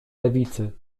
lewicy